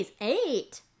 Eight